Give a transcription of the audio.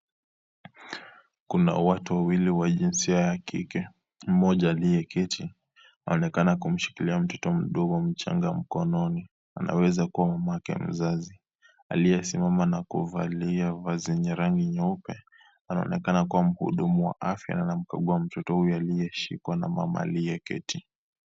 Kuna watu wawili wa jinsia ya kike, mmoja aliyeketi anaonekana kumshikilia mtoto mdogo mchanga mkononi anaweza kuwa mamake mzazi, aliyesimama na kuvalia vazi yenye rangi nyeupe anaonekana kuwa mhudumu wa afya na anamkagua mtoto huyu aliyeshikwa na mama aliyeketi.